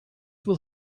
will